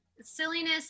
Silliness